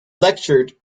lectured